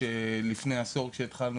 שהיו